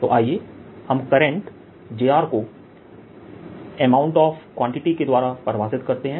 तो आइए हम करंट j को अमाउंट ऑफ क्वांटिटी के द्वारा परिभाषित करते हैं